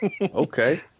Okay